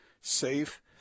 safe